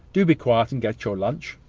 do be quiet, and get your lunch.